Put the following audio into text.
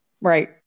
Right